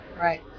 Right